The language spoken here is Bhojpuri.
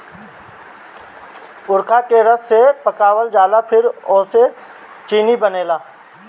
ऊख के रस के पकावल जाला फिर ओसे चीनी बनेला